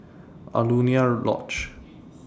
Alaunia Lodge